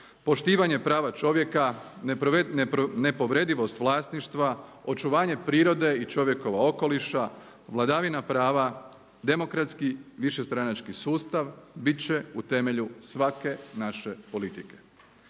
poštivanje prava čovjeka, nepovredivost vlasništva, očuvanje prirode i čovjekova okoliša, vladavina prava, demokratski višestranački sustav bit će u temelju svake naše politike.